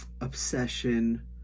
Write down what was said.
obsession